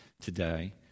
today